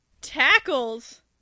tackles